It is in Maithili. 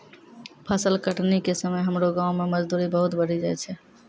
फसल कटनी के समय हमरो गांव मॅ मजदूरी बहुत बढ़ी जाय छै